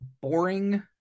boring